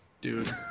dude